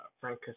Frank